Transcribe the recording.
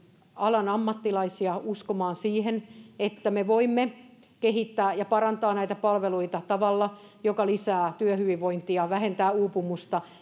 alan ammattilaisia uskomaan siihen että me voimme kehittää ja parantaa näitä palveluita tavalla joka lisää työhyvinvointia vähentää uupumusta